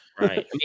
Right